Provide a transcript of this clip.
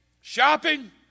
Shopping